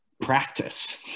practice